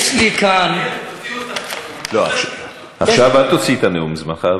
יש לי כאן, עכשיו אל תוציא את הנאום, זמנך עבר.